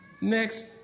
Next